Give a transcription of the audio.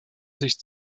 sich